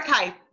okay